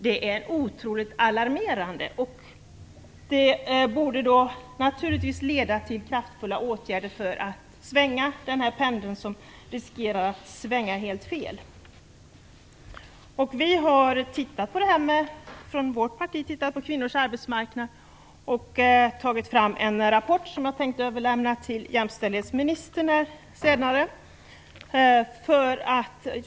Det är otroligt alarmerande och borde leda till kraftfulla åtgärder för att påverka pendeln som nu riskerar att svänga helt fel. Vi har från vårt parti tittat på kvinnors arbetsmarknad och tagit fram en rapport som jag tänkte överlämna till jämställdhetsministern senare.